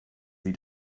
sie